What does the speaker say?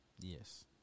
Yes